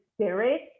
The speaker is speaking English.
spirit